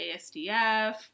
ASDF